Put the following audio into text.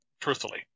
truthfully